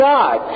God